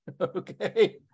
okay